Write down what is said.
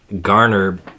garner